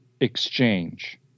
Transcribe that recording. exchange